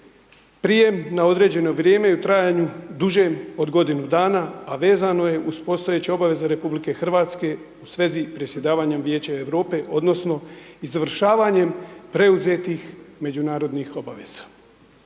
prijem na određeno vrijeme i u trajanju dužem od godinu dana, a vezano je uz postojeće obveze RH, u svezi predsjedavanje Vijećem Europe, odnosno, izvršavanjem preuzetih međunarodnih obaveza.